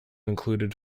included